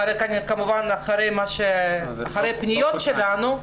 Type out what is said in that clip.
כמובן אחרי פניות שלנו.